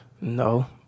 No